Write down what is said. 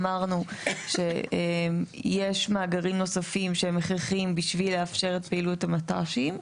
אמרנו שיש מאגרים נוספים שהם הכרחיים בשביל לאפשר את פעילות המט"שים.